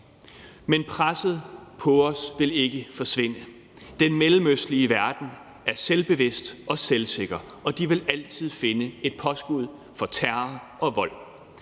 men presset på os vil ikke forsvinde. Den mellemøstlige verden er selvbevidst og selvsikker, og den vil altid finde et påskud for terror og vold.